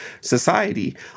society